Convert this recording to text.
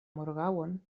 morgaŭon